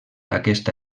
aquesta